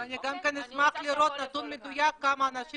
ואני גם כן אשמח לראות נתון מדויק כמה אנשים